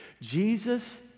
Jesus